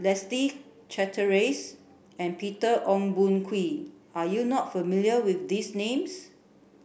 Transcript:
Leslie Charteris and Peter Ong Boon Kwee are you not familiar with these names